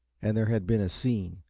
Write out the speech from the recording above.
and there had been a scene,